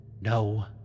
no